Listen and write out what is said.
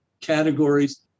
categories